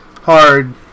hard